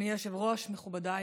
אדוני היושב-ראש, מכובדיי